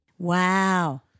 Wow